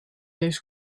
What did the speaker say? deze